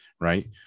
right